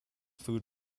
food